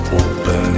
open